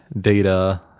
Data